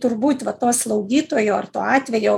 turbūt va to slaugytojo ar to atvejo